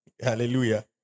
Hallelujah